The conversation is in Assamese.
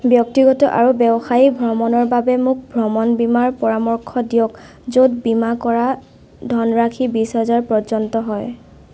ব্যক্তিগত আৰু ব্যৱসায়িক ভ্ৰমণৰ বাবে মোক ভ্ৰমণ বীমাৰ পৰামৰ্শ দিয়ক য'ত বীমা কৰা ধনৰাশি বিছ হাজাৰ পৰ্যন্ত হয়